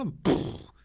um bull.